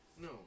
No